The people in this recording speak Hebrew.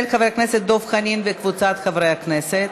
של חבר הכנסת דב חנין וקבוצת חברי הכנסת.